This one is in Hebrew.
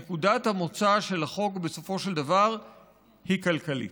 נקודת המוצא של החוק בסופו של דבר היא כלכלית.